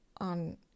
on